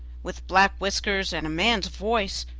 with black whiskers and a man's voice,